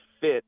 fit